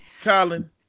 Colin